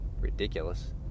ridiculous